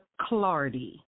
Clardy